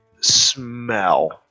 Smell